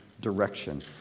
direction